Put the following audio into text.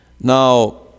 Now